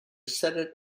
senate